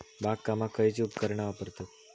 बागकामाक खयची उपकरणा वापरतत?